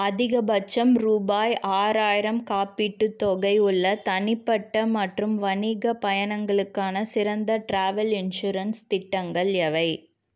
அதிகபட்சம் ரூபாய் ஆறாயிரம் காப்பீட்டுத் தொகை உள்ள தனிப்பட்ட மற்றும் வணிகப் பயணங்களுக்கான சிறந்த ட்ராவல் இன்சூரன்ஸ் திட்டங்கள் எவை